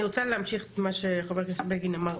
אני רוצה להמשיך את מה שחבר הכנסת בגין אמר.